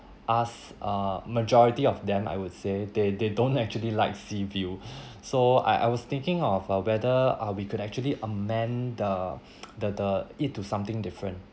us uh majority of them I would say they they don't actually like sea view so I I was thinking of uh whether uh we could actually amend the the the it to something different